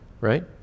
right